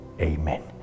Amen